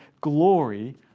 glory